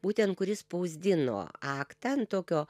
būtent kuri spausdino aktą ant tokio